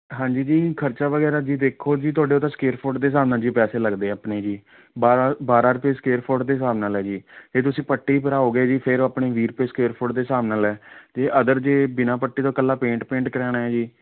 ਹਾਂਜੀ ਜੀ ਖਰਚਾ ਵਗੈਰਾ ਜੀ ਦੇਖੋ ਜੀ ਤੁਹਾਡੇ ਉਹ ਤਾਂ ਸੁਕੇਅਰ ਫੁੱਟ ਦੇ ਹਿਸਾਬ ਨਾਲ ਜੀ ਪੈਸੇ ਲੱਗਦੇ ਆਪਣੇ ਜੀ ਬਾਰ੍ਹਾਂ ਬਾਰ੍ਹਾਂ ਰੁਪਏ ਸੁਕੇਅਰ ਫੁੱਟ ਦੇ ਹਿਸਾਬ ਨਾਲ ਹੈ ਜੀ ਜੇ ਤੁਸੀਂ ਪੱਟੀ ਭਰਾਉਂਗੇ ਜੀ ਫੇਰ ਆਪਣੇ ਵੀਹ ਰੁਪਏ ਸੁਕੇਅਰ ਫੁੱਟ ਦੇ ਹਿਸਾਬ ਨਾਲ ਹੈ ਅਤੇ ਅਦਰ ਜੇ ਬਿਨਾ ਪੱਟੀ ਤੋਂ ਇਕੱਲਾ ਪੇਂਟ ਪੇਂਟ ਕਰਾਉਣਾ ਹੈ ਜੀ